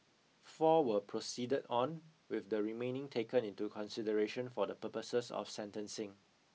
four were proceeded on with the remaining taken into consideration for the purposes of sentencing